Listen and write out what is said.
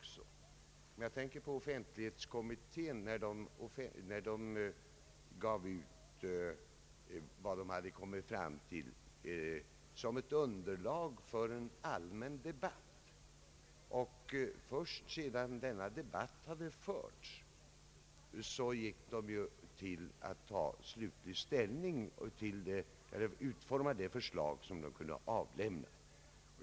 Jag tänker bl.a. på att offentlighetskommittén gav ut vad den kommit fram till såsom ett underlag för en allmän debatt; först sedan denna debatt hade förts gick man att utforma det förslag man skulle avlämna.